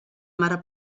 mare